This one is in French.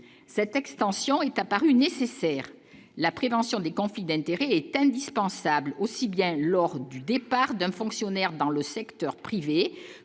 cette extension est apparu nécessaire, la prévention des conflits d'intérêt est indispensable aussi bien lors du départ d'un fonctionnaire dans le secteur privé